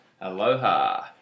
Aloha